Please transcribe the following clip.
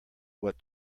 what